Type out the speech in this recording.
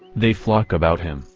they flock about him,